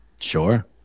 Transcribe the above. Sure